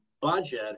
budget